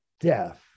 death